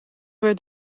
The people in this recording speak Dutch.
werd